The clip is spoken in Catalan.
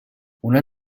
una